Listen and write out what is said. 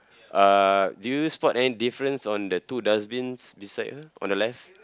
uh do you spot any difference on the two dustbins beside her on the left